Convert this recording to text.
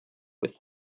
with